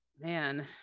man